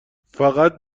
فقط